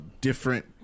different